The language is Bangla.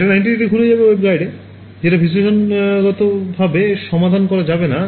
এটা ৯০০ ঘুরে যাবে waveguideএ যেটা বিশ্লেষণ গতভাবে সমাধান করা যাবে না